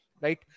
Right